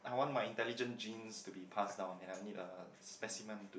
I want my intelligent genes to be pass down and I need a specimen to